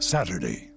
Saturday